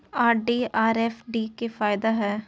RD or FD के की फायदा हय?